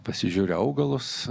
pasižiūriu augalus